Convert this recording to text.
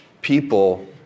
people